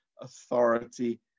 authority